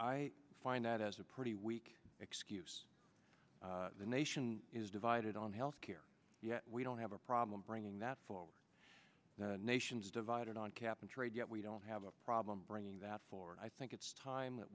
i find that as a pretty weak excuse the nation is divided on health care yet we don't have a problem bringing that forward the nation's divided on cap and trade yet we don't have a problem bringing that forward i think it's time that